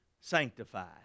sanctified